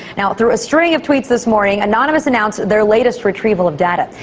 now through a string of tweets this morning, anonymous announced their latest retrieval of data,